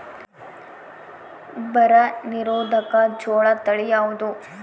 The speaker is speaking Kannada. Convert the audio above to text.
ಬರ ನಿರೋಧಕ ಜೋಳ ತಳಿ ಯಾವುದು?